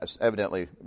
evidently